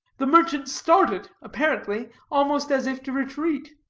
the merchant started, apparently, almost as if to retreat.